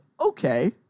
okay